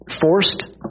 forced